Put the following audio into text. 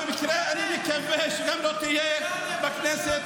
אני מקווה שגם לא תהיה בכנסת